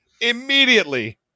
Immediately